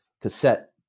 cassette